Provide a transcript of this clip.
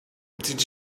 did